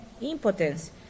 impotence